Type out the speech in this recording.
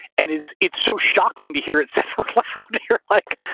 and it's it's so shocking to hear it so loud. you're like,